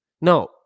No